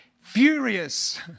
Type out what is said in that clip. furious